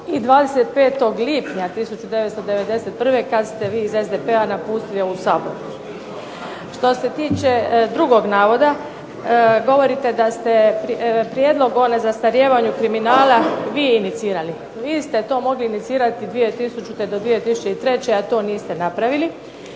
i 25. lipnja 1991. kada ste vi iz SDP napustili ovu sabornicu. Što se tiče drugog navoda, govorili ste da prijedlog o nezastarijevanju kriminala vi inicirali. Vi ste to mogli inicirati 2000. do 2003. a to niste napravili.